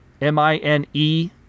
M-I-N-E